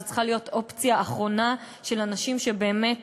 זו צריכה להיות אופציה אחרונה של אנשים שבאמת